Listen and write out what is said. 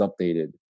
updated